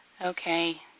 Okay